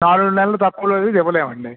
నాలుగు నెలలు తక్కువలో అయితే ఇవ్వలేము అండి